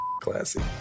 classy